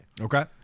Okay